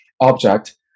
object